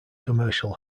commercial